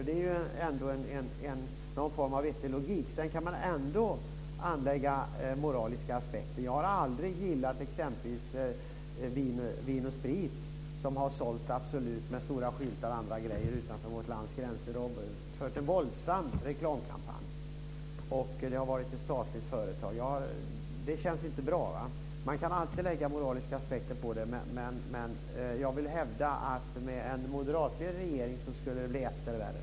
Det är någon form av vettig logik. Man kan ändå anlägga moraliska aspekter. Jag har exempelvis aldrig gillat att Vin & Sprit har sålt Absolut med stora skyltar utanför vårt lands gränser. Det är ett statligt företag som har fört en våldsam reklamkampanj. Det känns inte bra. Man kan alltid anlägga moraliska aspekter. Jag vill dock hävda att det med en moderatledd regering skulle bli etter värre.